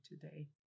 today